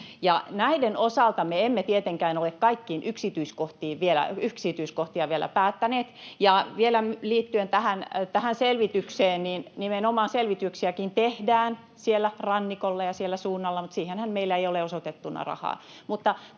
Näiden osalta me emme tietenkään ole kaikkia yksityiskohtia vielä päättäneet. Ja vielä liittyen tähän selvitykseen: nimenomaan selvityksiäkin tehdään siellä rannikolla ja sillä suunnalla, mutta siihenhän meillä ei ole osoitettuna rahaa.